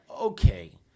okay